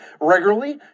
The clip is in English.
Regularly